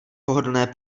pohodlné